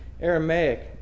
Aramaic